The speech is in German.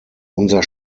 unser